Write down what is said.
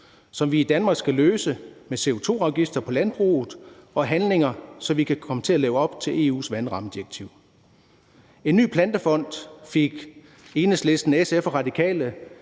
vi i Danmark skal løse med CO2-afgifter på landbruget og handlinger, så vi kan komme til at leve op til EU's vandrammedirektiv. Plantefonden fik Enhedslisten, SF og Radikale